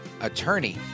attorney